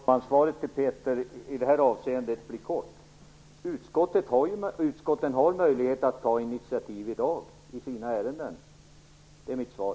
Fru talman! Svaret till Peter Eriksson på den frågan blir kort: Utskotten har i dag möjlighet att ta initiativ i sina ärenden. Det är mitt svar.